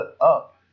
up